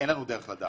אין לנו דרך לדעת.